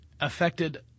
affected